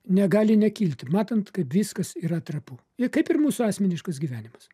negali nekilti matant kaip viskas yra trapu i kaip ir mūsų asmeniškas gyvenimas